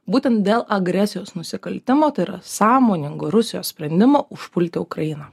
būtent dėl agresijos nusikaltimo tai yra sąmoningo rusijos sprendimo užpulti ukrainą